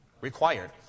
Required